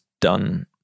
done